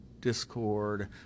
discord